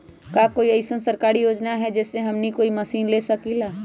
का कोई अइसन सरकारी योजना है जै से हमनी कोई मशीन ले सकीं ला?